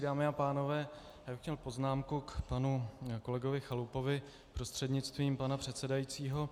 Dámy a pánové, mám poznámku k panu kolegovi Chalupovi prostřednictvím pana předsedajícího.